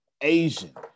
asian